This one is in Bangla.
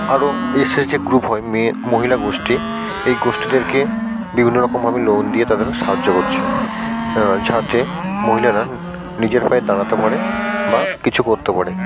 আরও এস এইচ জি গ্রুপ হয় মেয়ে মহিলা গোষ্ঠী এই গোষ্ঠীদেরকে বিভিন্ন রকমভাবে লোন দিয়ে তাদের সাহায্য করছে যাতে মহিলারা নিজের পায়ে দাঁড়াতে পারে বা কিছু করতে পারে